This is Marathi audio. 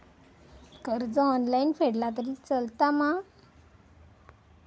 कर्ज ऑनलाइन फेडला तरी चलता मा?